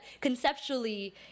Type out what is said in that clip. Conceptually